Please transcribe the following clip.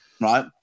Right